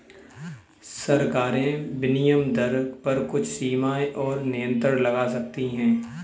सरकारें विनिमय दर पर कुछ सीमाएँ और नियंत्रण लगा सकती हैं